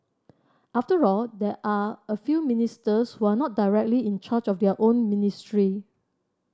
after all there are a few ministers who are not directly in charge of their own ministry